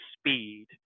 speed